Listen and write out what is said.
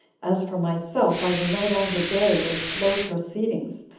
as for myself, i will no longer bear your slow proceedings,